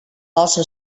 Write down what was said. also